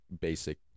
Basic